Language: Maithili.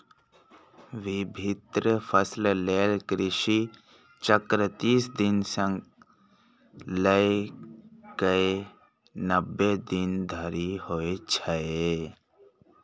विभिन्न फसल लेल कृषि चक्र तीस दिन सं लए कए नब्बे दिन धरि होइ छै